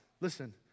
Listen